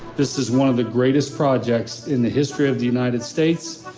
this is one of the greatest projects in the history of the united states.